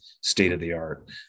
state-of-the-art